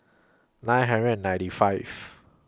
nine hundred and ninety five